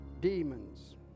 Demons